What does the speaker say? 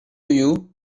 you